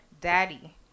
Daddy